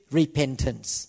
repentance